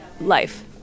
life